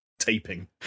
taping